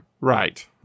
Right